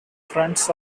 fronts